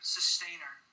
Sustainer